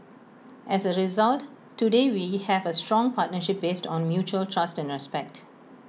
as A result today we have A strong partnership based on mutual trust and respect